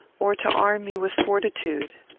or to arm you with fortitude.